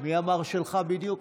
מי אמר "שלך" בדיוק?